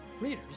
readers